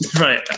Right